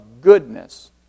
goodness